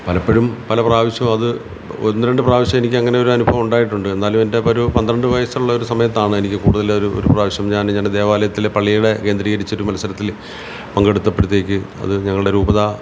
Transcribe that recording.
പലപ്പോഴും പല പ്രാവശ്യവും അത് ഒന്ന് രണ്ട് പ്രാവശ്യം എനിക്കങ്ങനെ ഒരനുഭവം ഉണ്ടായിട്ടുണ്ട് എന്നാലും എൻ്റെ ഒരു പന്ത്രണ്ട് വയസ്സുള്ളൊരു സമയത്താണ് എനിക്ക് കൂടുതലൊരു ഒരു പ്രാവശ്യം ഞാൻ എൻ്റെ ദേവാലയത്തിൽ പള്ളീടെ കേന്ദ്രീകരിച്ചൊരു മത്സരത്തിൽ പങ്കെടുത്തപ്പോഴത്തേക്ക് അത് ഞങ്ങളുടെ രൂപത